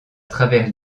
travers